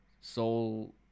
Soul